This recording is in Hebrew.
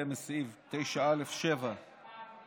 בהתאם לסעיף 9(א)(7) מה קורה שם,